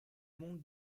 mont